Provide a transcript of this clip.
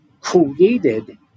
created